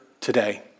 today